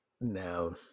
now